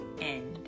end